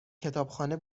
کتابخانه